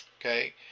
okay